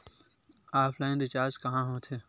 Offline recharge कहां होथे?